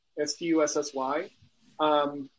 S-T-U-S-S-Y